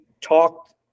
talked